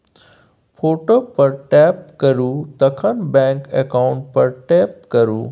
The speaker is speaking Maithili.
फोटो पर टैप करु तखन बैंक अकाउंट पर टैप करु